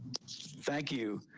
thank you.